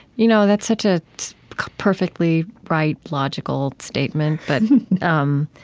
you know that's such a perfectly right, logical statement, but um